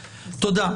תודה.